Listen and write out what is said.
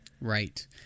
Right